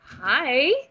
Hi